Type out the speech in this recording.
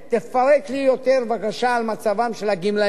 אלה שפרשו ואלה שעומדים לפני פרישה.